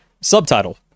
subtitle